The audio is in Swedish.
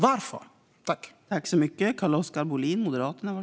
Varför?